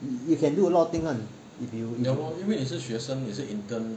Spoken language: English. you can do a lot of things [one] if you